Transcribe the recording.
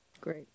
Great